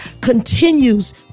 continues